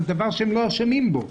על דבר שהם לא אשמים בו.